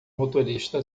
motorista